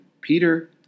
Peter